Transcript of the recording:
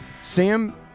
Sam